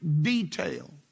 detail